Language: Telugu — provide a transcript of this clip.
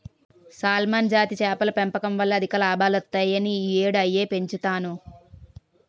సాల్మన్ జాతి చేపల పెంపకం వల్ల అధిక లాభాలొత్తాయని ఈ యేడూ అయ్యే పెంచుతన్ను